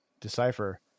decipher